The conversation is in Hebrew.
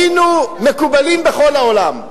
היינו מקובלים בכל העולם.